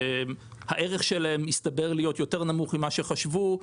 שהערך שלהם הסתבר להיות יותר נמוך ממה שחשבו,